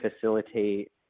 facilitate